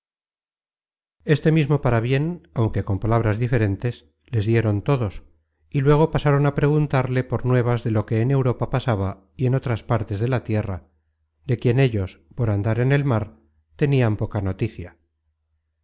este mismo parabién aunque con palabras diferentes les dieron todos y luego pasaron á preguntarle por nuevas de lo que en europa pasaba y en otras partes de la tierra de quien ellos por andar en el mar tenian poca noticia